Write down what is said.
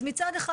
אז מצד אחד,